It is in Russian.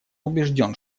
убежден